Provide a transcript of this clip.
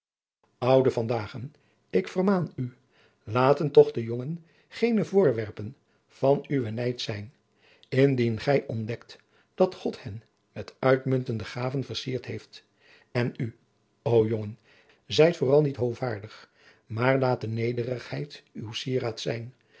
ouden van dagen ik vermaan u laten toch de jongen geene voorwerpen van uw nijd zijn indien gij ontdekt dat god hen met uitmuntende gaven versierd heeft en u o jongen zijt vooral niet hoovaardig maar laat de nederigheid uw sieraad zijn